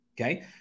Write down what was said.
Okay